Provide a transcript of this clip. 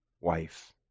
wife